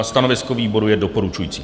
Stanovisko výboru je doporučující.